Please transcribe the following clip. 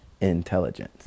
intelligence